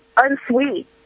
Unsweet